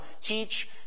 teach